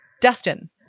Dustin